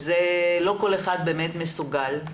ולא כל אחד באמת מסוגל.